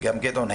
וגם גדעון סער,